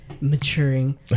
maturing